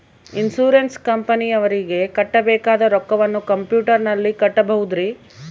Insurance ಕಂಪನಿಯವರಿಗೆ ಕಟ್ಟಬೇಕಾದ ರೊಕ್ಕವನ್ನು ಕಂಪ್ಯೂಟರನಲ್ಲಿ ಕಟ್ಟಬಹುದ್ರಿ?